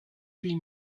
huit